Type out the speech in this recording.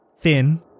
thin